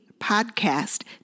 Podcast